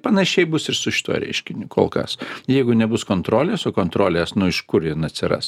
panašiai bus ir su šituo reiškiniu kol kas jeigu nebus kontrolės o kontrolės nu iš kur jin atsiras